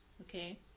okay